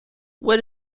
what